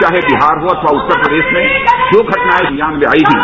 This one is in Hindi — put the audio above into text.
चाहे बिहार हो अथवा उत्तर प्रदेश में जो घटनाएं संज्ञान में आई थी